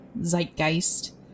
zeitgeist